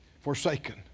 forsaken